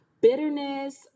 bitterness